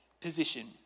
position